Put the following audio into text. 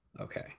okay